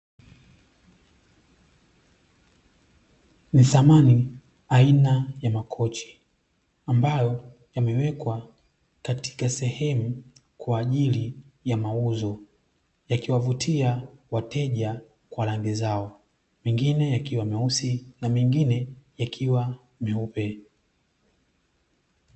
Ni samani aina ya makochi ambayo yamewekwa katika sehemu kwa ajili ya mauzo, yakivutia wateja kwa rangi zao mingine ikiwa meusi na mengine ikiwa meupe.